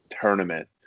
tournament